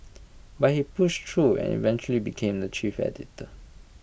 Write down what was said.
but he push through and eventually became the chief editor